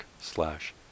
slash